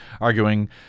arguing